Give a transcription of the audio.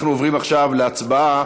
אנחנו עוברים עכשיו להצבעה